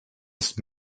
ist